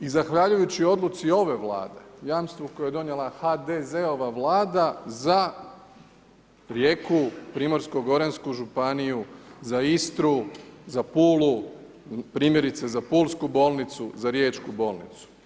I zahvaljujući odluci ove Vlade, jamstvu koje je donijela HDZ-ova vlada za Rijeku, Primorsko-goransku županiju, za Istru, za Pulu, primjerice za pulsku bolnicu, za riječku bolnicu.